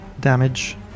damage